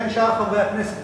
בין שאר חברי הכנסת,